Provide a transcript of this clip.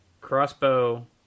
crossbow